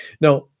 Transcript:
Now